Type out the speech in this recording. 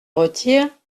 retire